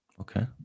okay